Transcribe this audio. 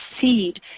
seed